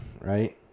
right